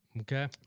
okay